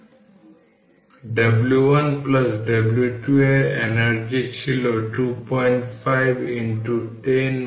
এখন যেহেতু সুইচ বন্ধ w1 হবে অর্ধেক C1 v eq 2 এটি হবে অর্ধেক 10 পাওয়ার থেকে 6 1 10 পাওয়ার 6 50 2 তাই 125 10 পাওয়ার 3 যা জুল একইভাবে w 2 অর্ধ C1 v eq 2